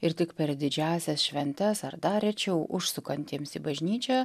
ir tik per didžiąsias šventes ar dar rečiau užsukantiems į bažnyčią